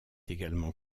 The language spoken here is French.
également